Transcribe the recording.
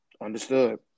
Understood